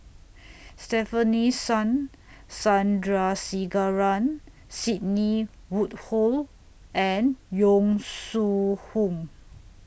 Stefanie Sun Sandrasegaran Sidney Woodhull and Yong Shu Hoong